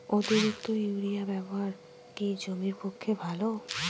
অতিরিক্ত ইউরিয়া ব্যবহার কি জমির পক্ষে ভালো?